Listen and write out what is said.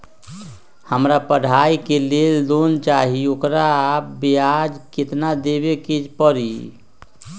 हमरा पढ़ाई के लेल लोन चाहि, ओकर ब्याज केतना दबे के परी?